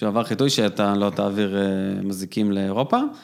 ‫שהוא עבר חיטוי ‫שאתה לא תעביר מזיקים לאירופה.